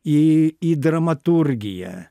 į į dramaturgiją